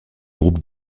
groupes